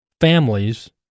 families